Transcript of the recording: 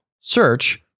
search